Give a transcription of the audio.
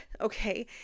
Okay